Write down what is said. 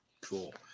Cool